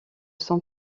son